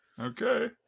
Okay